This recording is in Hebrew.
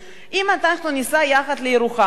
אם אנחנו ניסע יחד לירוחם למשל,